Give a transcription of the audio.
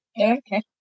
Okay